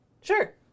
Sure